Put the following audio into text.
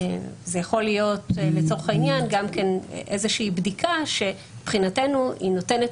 זה יכול להיות גם בדיקה שמבחינתנו היא נותנת